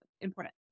important